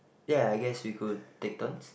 ya I guess we could take turns